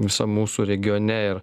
visam mūsų regione ir